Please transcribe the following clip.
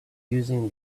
using